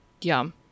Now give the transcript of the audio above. Yum